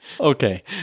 Okay